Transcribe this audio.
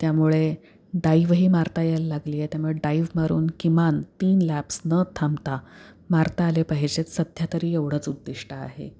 त्यामुळे डाईवही मारता यायला लागली आहे त्यामुळे डायव मारून किमान तीन लॅप्स न थांबता मारता आले पाहिजेत सध्या तरी एवढंच उद्दिष्ट आहे